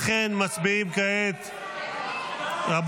לכן מצביעים כעת רבותיי,